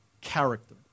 character